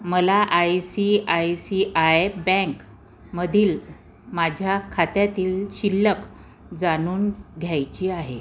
मला I C I C I बँकमधील माझ्या खात्यातील शिल्लक जाणून घ्यायची आहे